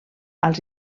als